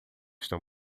estão